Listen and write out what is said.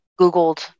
Googled